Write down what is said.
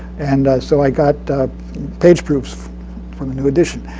and so i got page proofs for the new edition.